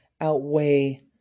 outweigh